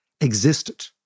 existed